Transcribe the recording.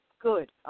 good